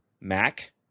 Mac